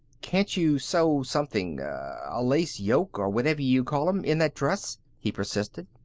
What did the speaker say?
can't you sew something a lace yoke or whatever you call em in that dress? he persisted.